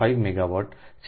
5 megawatt છે